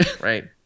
right